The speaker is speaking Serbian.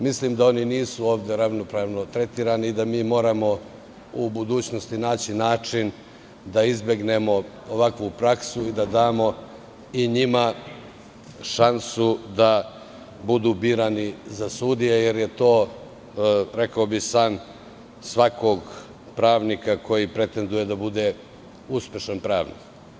Mislim da oni nisu ovde ravnopravno tretirani i da moramo u budućnosti naći način da izbegnemo ovakvu praksu i da damo i njima šansu da budu birani za sudije, jer bih rekao da je to san svakog pravnika koji pretenduje da bude uspešan pravnik.